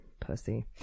Pussy